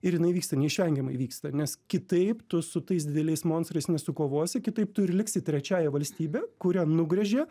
ir jinai vyksta neišvengiamai vyksta nes kitaip tu su tais dideliais monstrais nesukovosi kitaip tu ir liksi į trečiąja valstybe kurią nugręžia